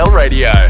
radio